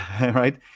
right